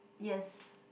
yes